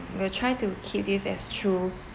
we'll try to keep this as true